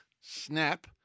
snap